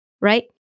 right